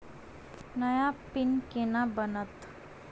नया पिन केना बनत?